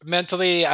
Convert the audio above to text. Mentally